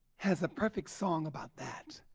has a perfect song about that,